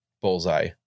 bullseye